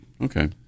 Okay